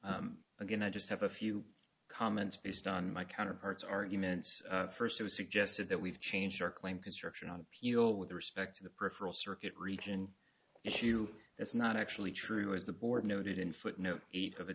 and again i just have a few comments based on my counterparts arguments first it was suggested that we've changed our claim construction on appeal with respect to the peripheral circuit region issue that's not actually true as the board noted in footnote eight of